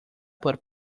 por